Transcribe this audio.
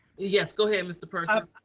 yes. go ahead, mr. persis.